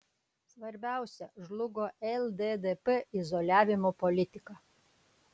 svarbiausia žlugo lddp izoliavimo politika